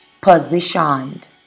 positioned